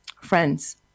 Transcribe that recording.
friends